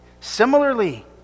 similarly